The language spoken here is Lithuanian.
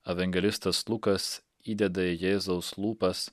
evangelistas lukas įdeda į jėzaus lūpas